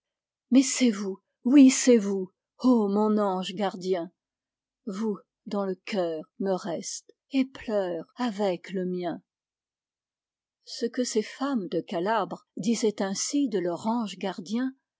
mais c'est vous oui c'est vous ô mon ange gardien vous dont le cœur me reste et pleure avec le mien ce que ces femmes de calabre disaient ainsi de leur ange gardien